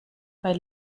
bei